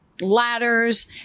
ladders